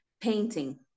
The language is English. painting